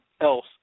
else